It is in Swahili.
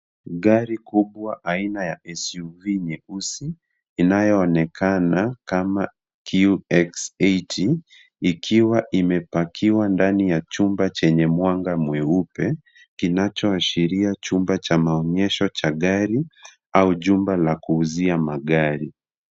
Gari kubwa aina ya SUV nyeusi inayoonekana kama QX80 ikiwa imepakiwa ndani ya chumba chenye mwanga mweupe kinachoashiria chumba cha maonyesho cha gari au jumba la kuuzia magari.